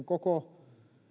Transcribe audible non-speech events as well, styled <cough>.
<unintelligible> koko